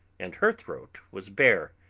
and her throat was bare,